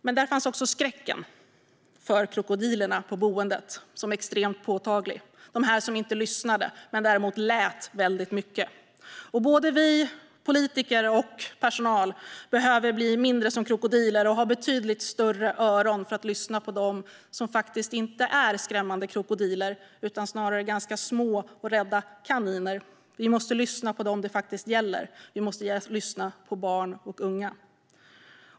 Men där fanns också en extremt påtaglig skräck för krokodilerna på boendet, de som inte lyssnade men som däremot lät väldigt mycket. Både vi politiker och personal på boenden behöver bli mindre som krokodiler och ha betydligt större öron för att lyssna på dem som faktiskt inte är skrämmande krokodiler utan snarare ganska små och rädda kaniner. Vi måste lyssna på dem det faktiskt gäller. Vi måste lyssna på barn och unga.